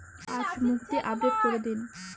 আজ মুক্তি আপডেট করে দিন